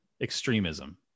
extremism